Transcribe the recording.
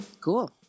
Cool